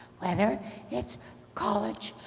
whether it's college,